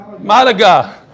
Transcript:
Malaga